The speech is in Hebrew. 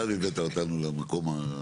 עכשיו הבאת אותם למקום .